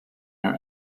her